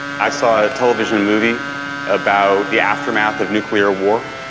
i saw a television movie about the aftermath of nuclear war.